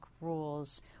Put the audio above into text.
rules